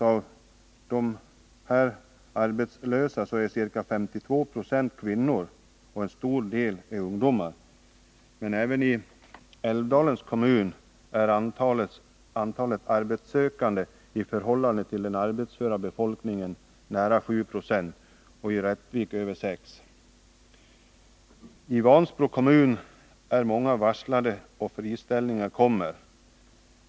Av dessa är 52 Zo kvinnor, och en stor del är ungdomar. Men även i Älvdalens kommun är antalet arbetssökande i förhållande till den arbetsföra befolkningen närmare 7 26 och i Rättvik över 6 0. I Vansbro kommun är många varslade, och friställningar kommer.